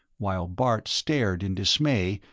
while bart stared in dismay,